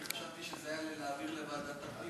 כי חשבתי שזה היה בעד העברה לוועדת הכלכלה.